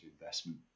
investment